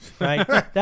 Right